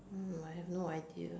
hmm I have no idea